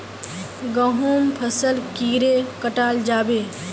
गहुम फसल कीड़े कटाल जाबे?